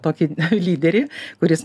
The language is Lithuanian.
tokį lyderį kuris